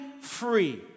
free